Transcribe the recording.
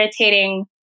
irritating